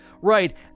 Right